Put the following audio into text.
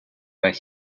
where